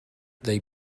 they